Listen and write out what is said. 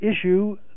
issue